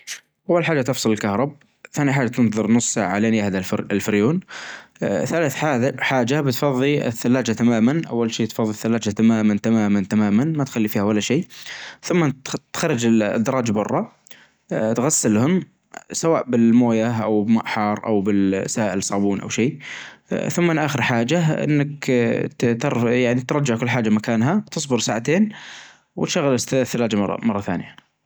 أول حاچة بتچيب سائل التنظيف، ثانى حاچة ت-تصبن ال-ال-الفرن كله تعبيه بسائل التنظيف هذا تتركه لحظات أو-أو دجايج عشان يتفاعل مع بعضه، ممكن تچيب ماى ساخن ماى حار تحطه في ال-في الفرن في الداخل، تبدأ ب-بخرجة نظيفة أو حاچة جماشة أو شي وتمسح ال-الزيادات ثم أنك تغسله بماية.